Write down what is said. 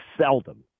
seldom